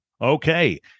Okay